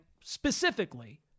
specifically